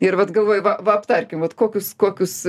ir vat galvoju va va aptarkim vat kokius kokius